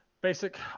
basic